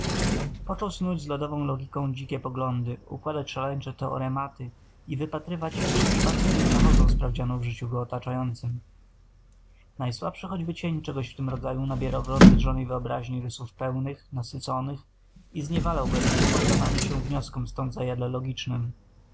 począł snuć z lodową logiką dzikie poglądy układać szaleńcze teorematy i wypatrywać czy przypadkiem nie znachodzą sprawdzianu w życiu go otaczającem najsłabszy choćby cień czegoś w tym rodzaju nabierał w rozwydrzonej wyobraźni rysów pełnych nasyconych i zniewalał go do poddawania się wnioskom stąd zajadle logicznym